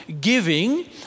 giving